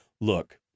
look